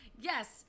yes